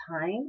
time